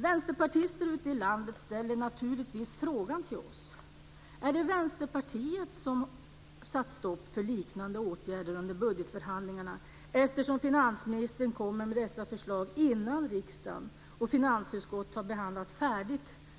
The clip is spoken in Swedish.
Vänsterpartister ute i landet ställer naturligtvis frågan till oss: Är det Vänsterpartiet som har satt stopp för liknande åtgärder under budgetförhandlingarna, eftersom finansministern kommer med dessa förslag innan riksdagen och finansutskottet har färdigbehandlat